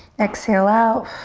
exhale out.